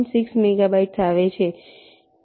6 megabytes આવે છે